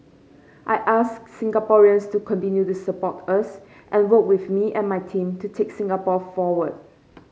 I ask Singaporeans to continue to support us and work with me and my team to take Singapore forward